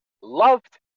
loved